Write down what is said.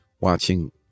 watching